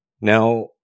Now